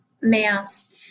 mass